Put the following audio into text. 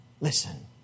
Listen